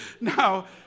Now